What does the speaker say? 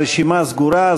הרשימה סגורה,